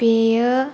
बेयो